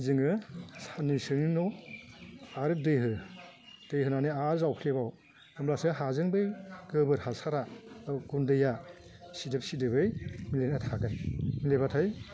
जोङो सान्नैसोनि उनाव आरो दै हो दै होनानै आरो जावफ्लेबाव होमब्लासो हाजों बै गोबोर हासारा गुन्दैआ सिदोब सिदोबै मिलायना थागोन मिलायबाथाय